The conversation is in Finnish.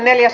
asia